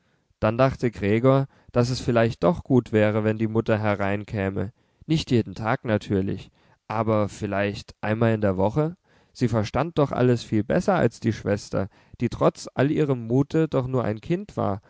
dann dachte gregor daß es vielleicht doch gut wäre wenn die mutter hereinkäme nicht jeden tag natürlich aber vielleicht einmal in der woche sie verstand doch alles viel besser als die schwester die trotz all ihrem mute doch nur ein kind war